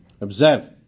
Observe